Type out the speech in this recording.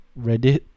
Reddit